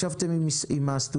ישבתם עם הסטודנטים.